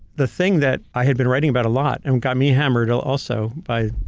the thing that i had been writing about a lot, and got me hammered also by,